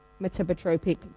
metabotropic